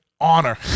Honor